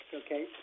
okay